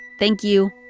thank you